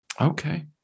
okay